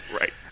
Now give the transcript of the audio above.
Right